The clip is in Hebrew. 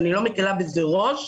אני לא מקלה בזה ראש,